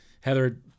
Heather